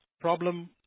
problem